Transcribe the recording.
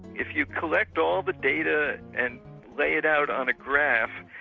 if you collect all the data and lay it out on a graph,